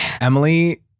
Emily